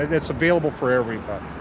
it's available for everybody.